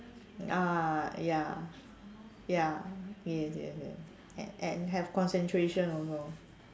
ah ya ya ya yes yes yes and and have concentration also